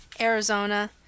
Arizona